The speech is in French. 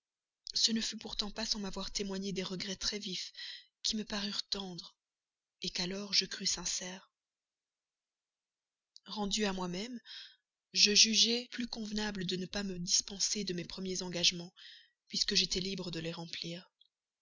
ce ne fut pourtant pas sans m'avoir témoigné des regrets très vifs qui me parurent tendres qu'alors je crus sincères rendue à moi-même je jugeai plus convenable de ne pas me dispenser de mes premiers engagements puisque j'étais libre de les remplir